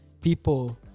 people